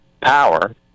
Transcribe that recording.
power